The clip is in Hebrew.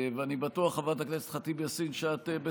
ואני בטוח, חברת הכנסת ח'טיב יאסין, שאת, בצדק,